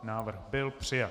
Návrh byl přijat.